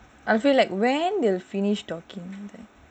I feel like when they will finish talking